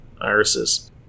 irises